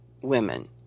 women